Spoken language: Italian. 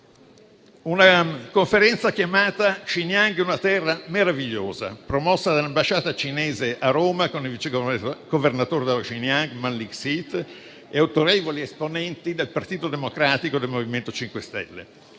di anni fa, chiamata «Lo Xinjiang è una terra meravigliosa», promossa dall'ambasciata cinese a Roma, con il vice governatore dello Xinjiang Manlik Siyit e autorevoli esponenti del Partito Democratico e del MoVimento 5 Stelle.